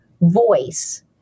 voice